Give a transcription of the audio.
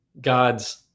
God's